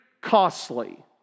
costly